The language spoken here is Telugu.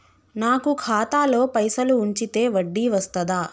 నాకు ఖాతాలో పైసలు ఉంచితే వడ్డీ వస్తదా?